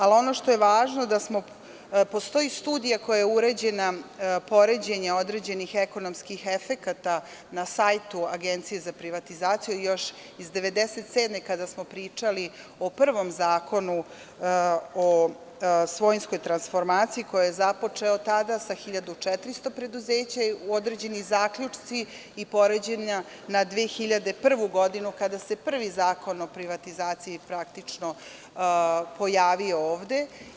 Ali, ono što je važno, to je da postoji studija koja je urađena, poređenje određenih ekonomskih efekata, na sajtu Agencije za privatizaciju još iz 1997. godine, kada smo pričali o prvom Zakonu o svojinskoj transformaciji, koji je započeo tada sa 1400 preduzeća, određeni zaključci i poređenja na 2001. godinu, kada se prvi Zakon o privatizaciji praktično pojavio ovde.